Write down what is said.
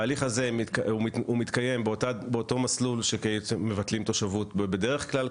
ההליך הזה מתקיים באותו מסלול שמבטלים תושבות בדרך כלל.